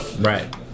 Right